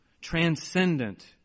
transcendent